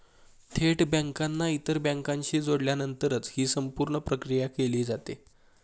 थेट बँकांना इतर बँकांशी जोडल्यानंतरच ही संपूर्ण प्रक्रिया केली जाते